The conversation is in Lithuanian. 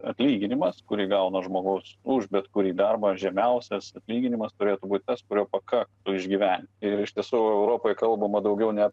atlyginimas kurį gauna žmogaus už bet kurį darbą žemiausias atlyginimas turėtų būt tas kurio pakaktų išgyventi ir iš tiesų europoj kalbama daugiau ne